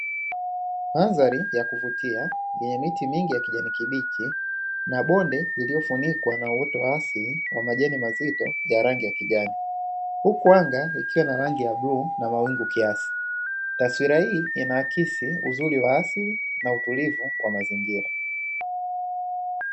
Mandhari ya kuvutia yenye miti mingi ya kijani kibichi, na bonde lililofunikwa na uoto wa asili kwa majani mazito ya rangi ya kijani, huku anga ikiwa na rangi ya bluu na mawingu kiasi. Taswira hii inaakisi uzuri wa asili na utulivu kwa mazingira.